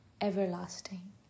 everlasting